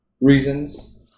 reasons